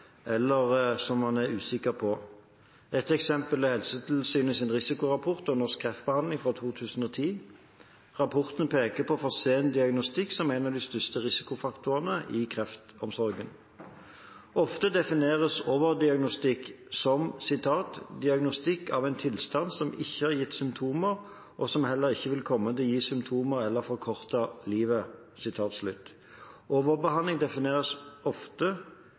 eller som man selv er usikker på. Et eksempel er Helsetilsynets risikorapport om norsk kreftbehandling fra 2010. Rapporten peker på for sen diagnostikk som en av de største risikofaktorene i kreftomsorgen. Ofte defineres overdiagnostikk som diagnostikk av en tilstand som ikke har gitt symptomer og som heller ikke vil komme til å gi symptomer eller forkorte livet. Overbehandling defineres ofte som når det brukes behandlingsmetoder uten dokumentert effekt og